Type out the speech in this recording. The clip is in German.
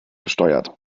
gesteuert